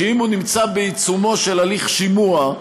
שאם הוא נמצא בעיצומו של הליך שימוע,